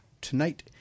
tonight